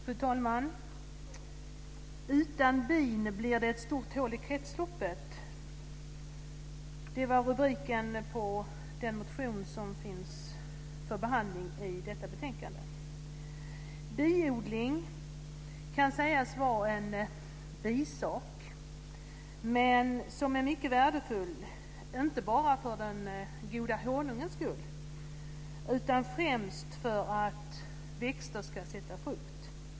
Fru talman! Utan bin blir det ett stort hål i kretsloppet. Det var rubriken på den motion som finns till behandling i detta betänkande. Biodling kan sägas vara en bisak, men den är mycket värdefull, inte bara för den goda honungens skull, utan främst för att växter ska sätta frukt.